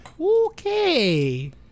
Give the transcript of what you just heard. Okay